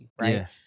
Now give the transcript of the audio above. Right